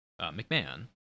McMahon